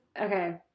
Okay